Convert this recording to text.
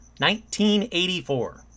1984